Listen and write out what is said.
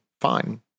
fine